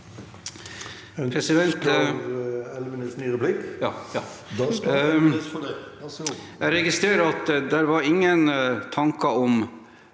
Jeg registrerer at det ikke var noen tanker om